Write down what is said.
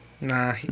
nah